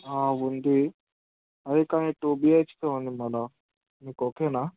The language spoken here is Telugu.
ఉంది అదే కానీ టూ బిహెచ్కే ఉంది మరి మీకు ఓకేనా